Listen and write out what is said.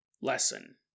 lesson